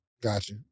Gotcha